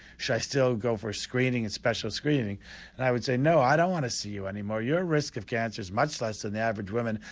should i still go for a screening, a special screening? and i would say, no, i don't want to see you any more. your risk of cancer's much less than the average woman,